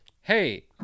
Hey